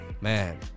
Man